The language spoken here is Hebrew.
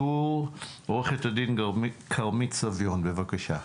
עו"ד כרמית סביון, חברת עמיגור, בבקשה.